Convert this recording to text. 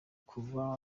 kuva